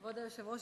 כבוד היושב-ראש,